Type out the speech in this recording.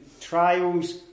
trials